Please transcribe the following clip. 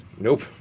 Nope